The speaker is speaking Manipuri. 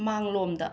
ꯃꯥꯡꯂꯣꯝꯗ